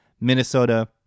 Minnesota